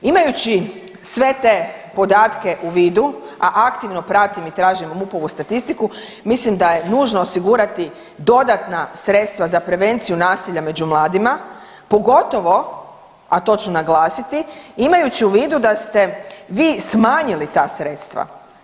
Imajući sve te podatke u vidu, a aktivno pratim i tražim MUP-ovu statistiku mislim da je nužno osigurati dodatna sredstva za prevenciju nasilja među mladima pogotovo a to ću naglasiti imajući u vidu da ste vi smanjili ta sredstva.